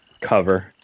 cover